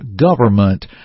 government